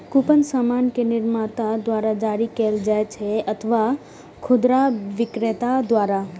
coupon सामान के निर्माता द्वारा जारी कैल जाइ छै अथवा खुदरा बिक्रेता द्वारा